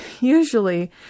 usually